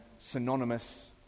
synonymous